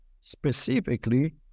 specifically